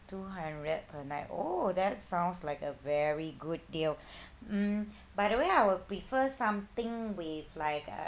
two hundred per night oh that sounds like a very good deal um by the way I will prefer something with like